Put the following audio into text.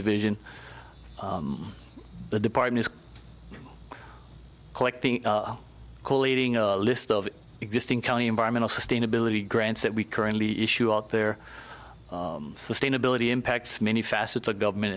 division the department collecting co leading a list of existing county environmental sustainability grants that we currently issue out there sustainability impacts many facets of government